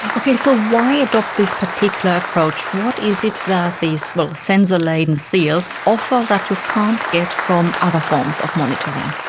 okay, so why adopt this particular approach? what is it that these sensor laden seals offer that you can't get from other forms of monitoring?